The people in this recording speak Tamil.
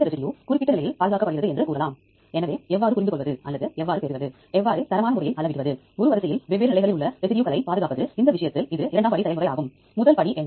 தேடல் மற்றும் மேம்படுத்தப்பட்ட தேடல் விருப்பங்கள் மற்றும் டேட்டாக்களை எவ்வாறு பிரித்து எடுப்பது என தனி சிறப்பு பயன்பாடுகளுக்கு டேட்டாக்களை எவ்வாறு பயன்படுத்துவது போன்றவை Uniprotடில் கிடைக்கின்றன